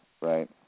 right